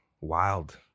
wild